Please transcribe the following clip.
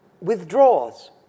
withdraws